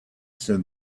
said